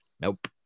Nope